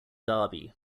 darby